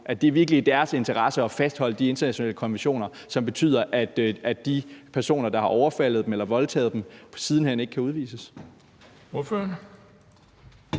Er det virkelig i deres interesse at fastholde de internationale konventioner, som betyder, at de personer, der har overfaldet eller voldtaget dem, siden hen ikke kan udvises?